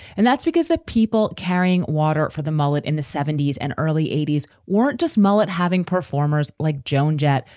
and that's because the people carrying water for the mullet in the seventy s and early eighty s weren't just mullet. having performers like joan jett,